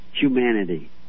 humanity